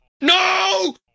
No